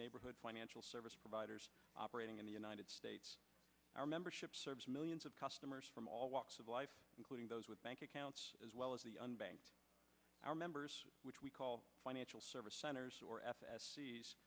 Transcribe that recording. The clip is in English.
neighborhood financial service providers operating in the united states our membership serves millions of customers from all walks of life including those with bank accounts as well as our members which we call financial service centers or